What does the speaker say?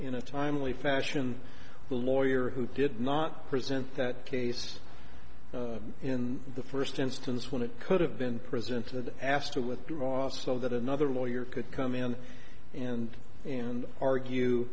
in a timely fashion the lawyer who did not present that case in the first instance when it could have been presented asked to withdraw so that another lawyer could come in and a